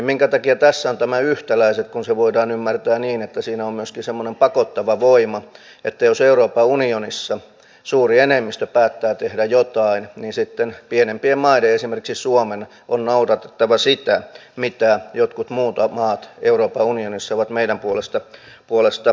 minkä takia tässä on tämä yhtäläiset kun se voidaan ymmärtää niin että siinä on myöskin semmoinen pakottava voima että jos euroopan unionissa suuri enemmistö päättää tehdä jotain niin sitten pienempien maiden esimerkiksi suomen on noudatettava sitä mitä jotkut muut maat euroopan unionissa ovat meidän puolestamme päättäneet